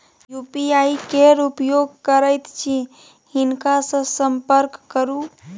UPI केर उपयोग करैत छी हिनका सँ संपर्क करु